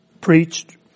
preached